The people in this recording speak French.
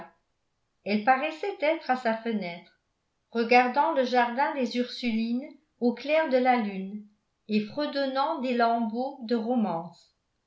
elle paraissait être à sa fenêtre regardant le jardin des ursulines au clair de la lune et fredonnant des lambeaux de romance